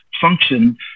function